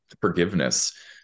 forgiveness